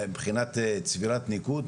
מבחינת צבירת ניקוד,